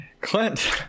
Clint